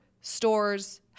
stores